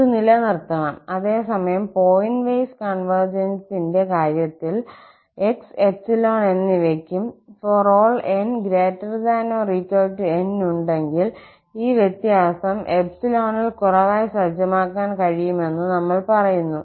ഇത് നിലനിർത്തണം അതേസമയം പോയിന്റ് വൈസ് കോൺവെർജന്സിന്റെ കാര്യത്തിൽ ഓരോ 𝑥 𝜖 എന്നിവയ്ക്കും ∀ 𝑛 ≥ 𝑁 ഉണ്ടെങ്കിൽ ഈ വ്യത്യാസം 𝜖 ൽ കുറവായി സജ്ജമാക്കാൻ കഴിയുമെന്ന് നമ്മൾ പറയുന്നു